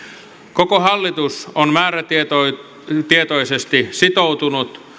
koko hallitus on määrätietoisesti sitoutunut